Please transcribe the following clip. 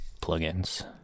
plugins